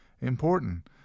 important